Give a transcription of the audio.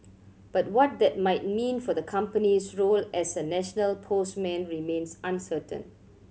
but what that might mean for the company's role as a national postman remains uncertain